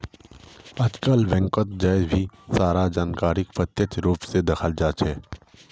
आजकल बैंकत जय भी सारा जानकारीक प्रत्यक्ष रूप से दखाल जवा सक्छे